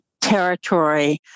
territory